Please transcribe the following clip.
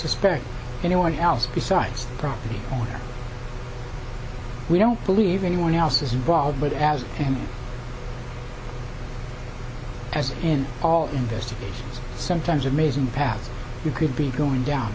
suspect anyone else besides the property owner we don't believe anyone else is involved but as him as in all investigations sometimes amazing paths you can be going down